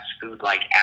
food-like